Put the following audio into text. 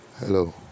Hello